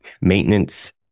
Maintenance